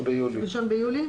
1 ביולי.